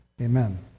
amen